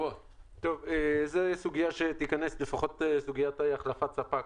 זו סוגיה שתיכנס בסוגיית החלפת ספק.